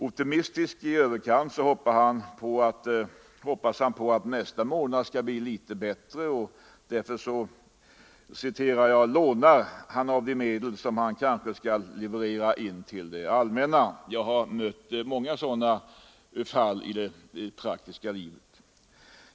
Optimistisk i överkant hoppas han att nästa månad skall bli litet bättre, och därför ”lånar” han av de medel som han kanske skall leverera in till det allmänna. Jag har mött många sådana fall i det praktiska livet.